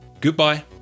goodbye